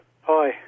hi